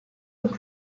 with